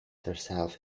herself